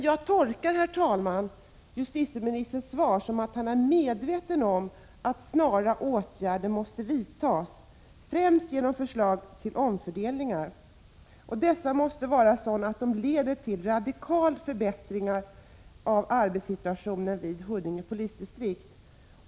Jag tolkar justitieministerns svar så, att han är medveten om att snara åtgärder måste vidtas — främst genom förslag till omfördelningar. Dessa måste vara sådana att de leder till radikala förbättringar av arbetssituationen i Huddinge polisdistrikt.